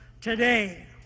today